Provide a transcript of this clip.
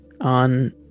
on